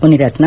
Munirathna